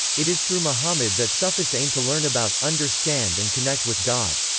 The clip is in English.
it is through muhammad that sufis aim to learn about, understand and connect with god.